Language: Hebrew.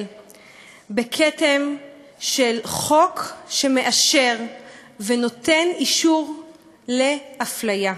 בכתם של חוק שמאשר ונותן אישור לאפליה,